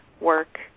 work